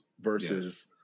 versus